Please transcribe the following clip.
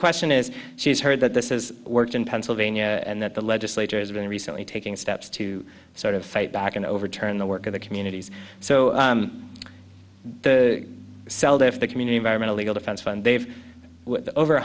question is she's heard that this is worked in pennsylvania and that the legislature has been recently taking steps to sort of fade back in to overturn the work of the communities so the seldom if the community environmental legal defense fund they've over